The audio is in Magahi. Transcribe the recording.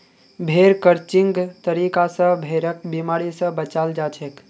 भेड़ क्रचिंग तरीका स भेड़क बिमारी स बचाल जाछेक